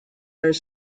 are